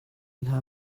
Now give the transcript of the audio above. hnga